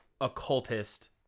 occultist